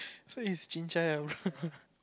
so it's chin-cai ah bro